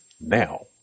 now